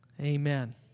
Amen